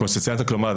כלומר,